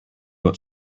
got